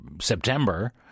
September